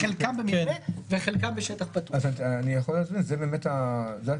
המתקיימים חלקם במבנה וחלקם בשטח פתוח." זו הכוונה,